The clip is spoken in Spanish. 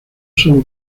sólo